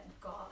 God